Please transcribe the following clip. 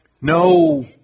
No